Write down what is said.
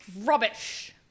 rubbish